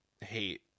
hate